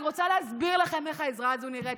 אני רוצה להסביר לכם איך העזרה הזו נראית,